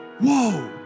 whoa